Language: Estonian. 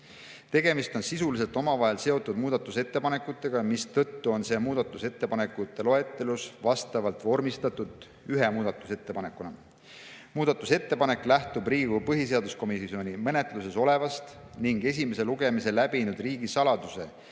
Tegemist on sisuliselt omavahel seotud muudatusettepanekutega, mistõttu on see muudatusettepanekute loetelus vastavalt vormistatud ühe muudatusettepanekuna. Muudatusettepanek lähtub Riigikogu põhiseaduskomisjoni menetluses olevast ning esimese lugemise läbinud riigisaladuse